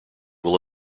will